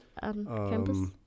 campus